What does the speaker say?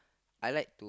I like